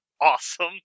awesome